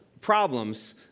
problems